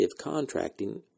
contracting